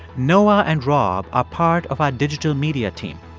noah and rob are part of our digital media team.